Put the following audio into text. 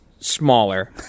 smaller